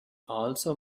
also